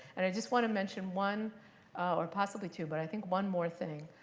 and i just want to mention one or possibly two, but i think one more thing,